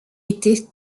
était